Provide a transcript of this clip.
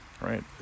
right